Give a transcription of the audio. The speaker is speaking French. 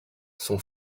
son